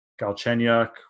Galchenyuk